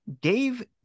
Dave